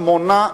שמונה,